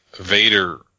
vader